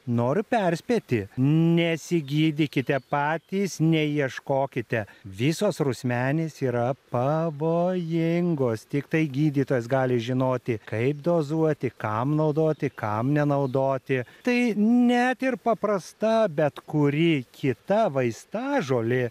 noriu perspėti nesigydykite patys neieškokite visos rusmenės yra pavojingos tiktai gydytojas gali žinoti kaip dozuoti kam naudoti kam nenaudoti tai net ir paprasta bet kuri kita vaistažolė